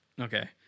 Okay